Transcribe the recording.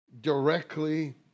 directly